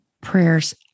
prayers